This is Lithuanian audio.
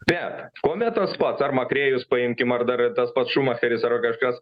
bet kometos pats ar makrėjus paimkim ar dar tas pats šumacheris ar kažkas